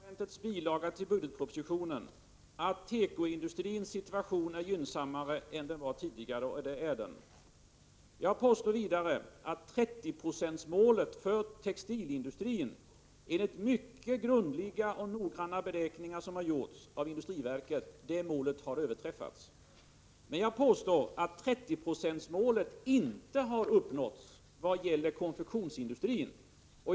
Herr talman! Jag påstår i industridepartementets bilaga till budgetpropositionen att tekoindustrins situation är gynnsammare än tidigare, och det är den. Jag påstår vidare att 30-procentsmålet för textilindustrin enligt mycket grundliga och noggranna beräkningar som gjorts av industriverket har överträffats. Men jag påstår att 30-procentsmålet inte har uppnåtts vad gäller konfektionsindustrin.